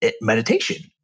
meditation